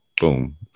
boom